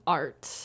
art